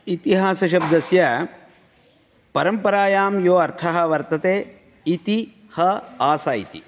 इतिहासशब्दस्य परम्परायां यो अर्थः वर्तते इति ह आस इति